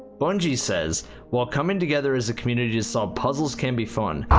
bungie said while coming together as a community to solve puzzles can be fun,